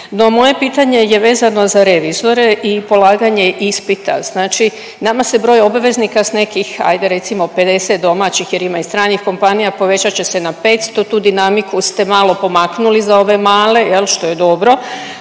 moje pitanje je vezano za revizore i polaganje ispita, znači nama se broj obveznika s nekih ajde recimo 50 domaćih jer ima i stranih kompanija povećat će se na 500, tu dinamiku ste malo pomaknuli za ove male jel, što je dobro,